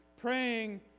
praying